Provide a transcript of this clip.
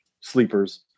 sleepers